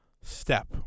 step